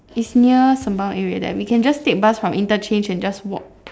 is near sembawang area there we can just take bus from interchange and just walk